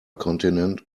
continent